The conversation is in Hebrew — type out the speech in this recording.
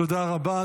תודה רבה.